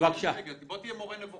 בוא תהיה מורה נבוכים.